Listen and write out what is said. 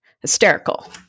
hysterical